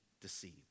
deceived